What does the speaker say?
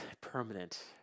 permanent